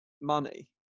money